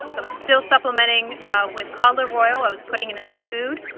i was still supplementing with cod liver oil. i was putting it in his food.